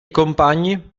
compagni